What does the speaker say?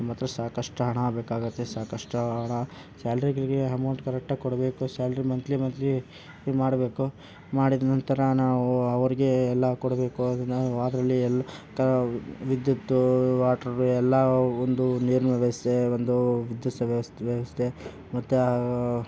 ನಮ್ಮ ಹತ್ರ ಸಾಕಷ್ಟು ಹಣ ಬೇಕಾಗುತ್ತೆ ಸಾಕಷ್ಟು ಹಣ ಸ್ಯಾಲ್ರಿ ಗೀಲ್ರಿ ಅಮೌಂಟ್ ಕರೆಕ್ಟ್ ಆಗಿ ಕೊಡಬೇಕು ಸ್ಯಾಲ್ರಿ ಮಂಥ್ಲಿ ಮಂಥ್ಲಿ ಇದು ಮಾಡಬೇಕು ಮಾಡಿದ ನಂತರ ನಾವು ಅವರಿಗೆ ಎಲ್ಲ ಕೊಡಬೇಕು ಅದರಲ್ಲಿ ಎಲ್ಲ ವಿದ್ಯುತ್ ವಾಟರ್ ಎಲ್ಲ ಒಂದು ನೀರಿನ ವ್ಯವಸ್ಥೆ ಒಂದು ವಿದ್ಯುತ್ ವ್ಯವಸ್ಥೆ ಮತ್ತು